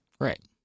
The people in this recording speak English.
Right